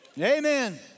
amen